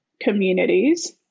communities